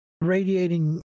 radiating